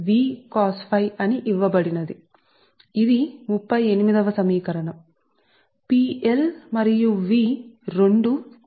ఇప్పుడు ఒకవేళ మరియు V రెండూ స్థిరాంకాలు అయితే లోడ్ కరెంట్ పవర్ ఫ్యాక్టర్ కి విలోమానుపాతంలో ఉంటుంది అంటే మరియు V రెండూ స్థిరాంకాలు